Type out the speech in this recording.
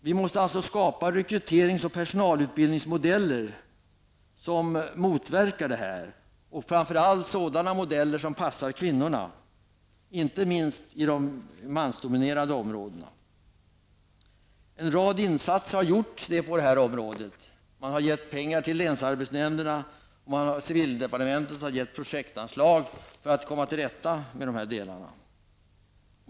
Vi måste alltså skapa rekryterings och personalutbildningsmodeller som motverkar detta. Framför allt måste det vara sådana modeller som passar kvinnorna. Inte minst gäller detta på de mansdominerade områdena. En rad insatser har gjorts på detta område. Pengar har getts till länsarbetsnämnderna. Civildepartementet har beviljat projektanslag för att komma till rätta med de här frågorna.